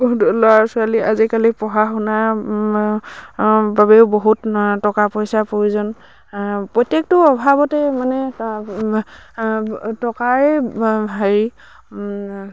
ল'ৰা ছোৱালী আজিকালি পঢ়া শুনাৰ বাবেও বহুত টকা পইচাৰ প্ৰয়োজন প্ৰত্যেকটো অভাৱতে মানে টকাৰেই হেৰি